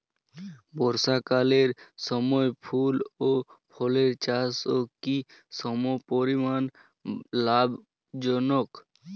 বর্ষাকালের সময় ফুল ও ফলের চাষও কি সমপরিমাণ লাভজনক?